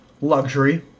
Luxury